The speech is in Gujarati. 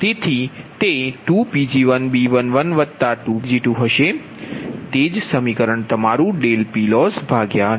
તેથી તે જ સમીકરણ તમારું PLossPgi2j1mBijPgj બની ગયુ છે